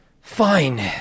Fine